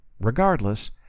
Regardless